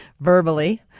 verbally